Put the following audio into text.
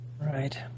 Right